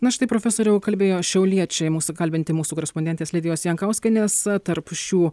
na štai profesoriau kalbėjo šiauliečiai mūsų kalbinti mūsų korespondentės lidijos jankauskienės tarp šių